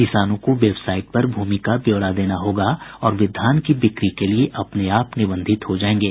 किसानों को वेबसाइट पर भूमि का ब्यौरा देना होगा और वे धान की बिक्री के लिए अपने आप निबंधित हो जाएंगे